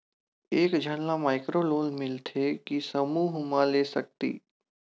एक झन ला माइक्रो लोन मिलथे कि समूह मा ले सकती?